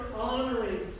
honoring